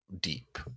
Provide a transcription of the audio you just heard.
Deep